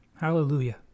hallelujah